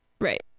right